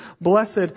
blessed